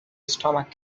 stomach